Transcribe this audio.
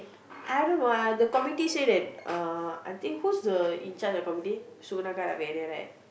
I don't know ah the community say that uh I think who's the in charge of the community right